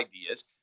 ideas